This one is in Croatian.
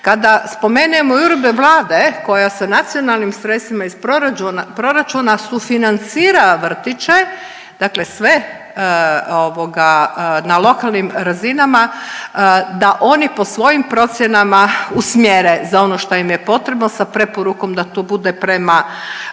Kada spomenemo i uredbu Vlade koja sa nacionalnim sredstvima iz proračuna sufinancira vrtiće, dakle sve na lokalnim razinama da oni po svojim procjenama usmjere za ono što im je potrebno sa preporukom da to bude prema